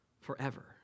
forever